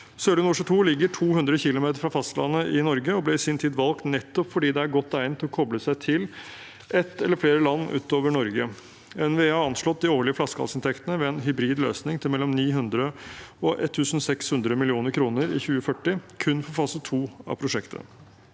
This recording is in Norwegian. Sørlige Nordsjø II ligger 200 km fra fastlandet i Norge og ble i sin tid valgt nettopp fordi det er godt egnet til å koble seg til et eller flere land utover Norge. NVE har anslått de årlige flaskehalsinntektene ved en hybrid løsning til mellom 900 mill. kr og 1 600 mill. kr i 2040 kun for fase II av prosjektet.